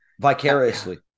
vicariously